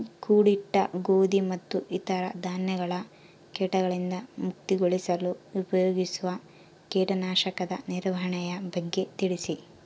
ಕೂಡಿಟ್ಟ ಗೋಧಿ ಮತ್ತು ಇತರ ಧಾನ್ಯಗಳ ಕೇಟಗಳಿಂದ ಮುಕ್ತಿಗೊಳಿಸಲು ಉಪಯೋಗಿಸುವ ಕೇಟನಾಶಕದ ನಿರ್ವಹಣೆಯ ಬಗ್ಗೆ ತಿಳಿಸಿ?